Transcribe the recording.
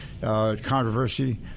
controversy